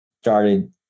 started